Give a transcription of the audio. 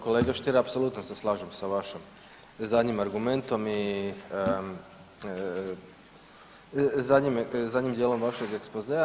Kolega Stier apsolutno se slažem sa vašim zadnjim argumentom i zadnjim dijelom vašeg ekspozea.